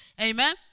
Amen